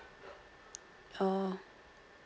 oh